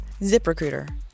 ZipRecruiter